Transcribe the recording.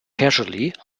casually